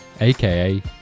aka